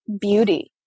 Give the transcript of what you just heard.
beauty